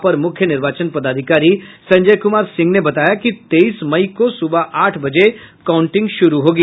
अपर मुख्य निर्वाचन पदाधिकारी संजय कुमार सिंह ने बताया कि तेईस मई को सुबह आठ बजे काउंटिंग शुरू होगी